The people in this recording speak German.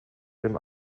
dem